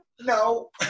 No